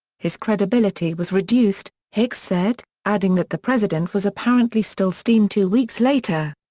his credibility was reduced hicks said, adding that the president was apparently still steamed two weeks later.